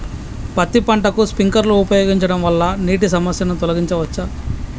పత్తి పంటకు స్ప్రింక్లర్లు ఉపయోగించడం వల్ల నీటి సమస్యను తొలగించవచ్చా?